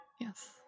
yes